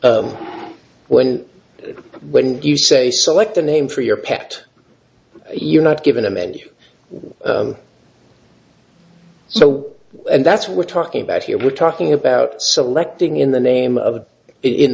e when when you say select a name for your pet you're not giving them any way so that's what we're talking about here we're talking about selecting in the name of it in